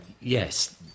yes